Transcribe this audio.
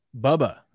Bubba